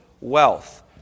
wealth